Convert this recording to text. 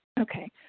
Okay